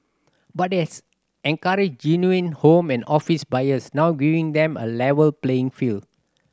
but it has encouraged genuine home and office buyers now giving them a level playing field